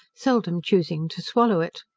seldom choosing to swallow it.